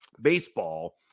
baseball